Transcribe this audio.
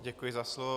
Děkuji za slovo.